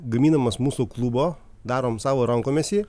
gaminamas mūsų klubo darom savo rankomis jį